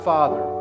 Father